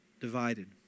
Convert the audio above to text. divided